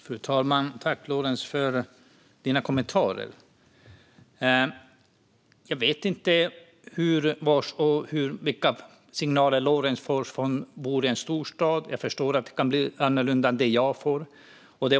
Fru talman! Tack, Lorentz, för dina kommentarer! Jag vet inte vilka signaler Lorentz, som bor i en storstad, får. Jag förstår att de kan vara annorlunda än dem jag får.